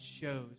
shows